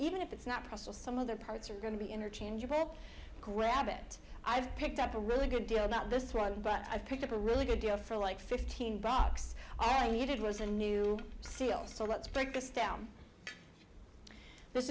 even if it's not possible some other parts are going to be interchangeable it grab it i've picked up a really good deal not this one but i picked up a really good deal for like fifteen blocks all you did was a new seal so let's break this down this